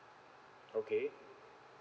okay